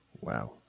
Wow